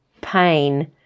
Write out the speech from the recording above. pain